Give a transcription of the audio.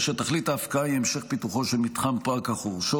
כאשר תכלית ההפקעה היא המשך פיתוחו שמתחם פארק החורשות.